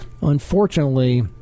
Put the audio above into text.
Unfortunately